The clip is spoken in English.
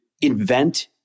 invent